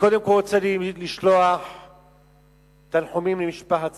קודם כול, אני רוצה לשלוח תנחומים למשפחת סופר.